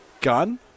gun